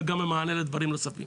וגם במענה לדברים נוספים.